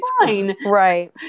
right